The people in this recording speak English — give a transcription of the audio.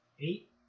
Eight